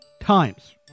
times